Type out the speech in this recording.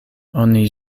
oni